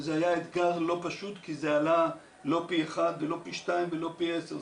וזה היה אתגר לא פשוט כי זה עלה לא פי אחד ולא פי שניים ולא פי עשר,